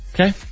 Okay